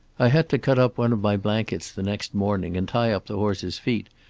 i had to cut up one of my blankets the next morning and tie up the horse's feet,